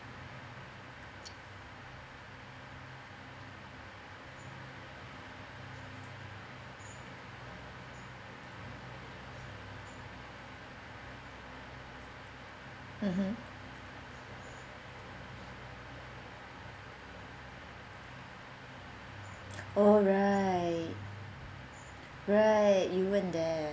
mmhmm oh right right you weren't there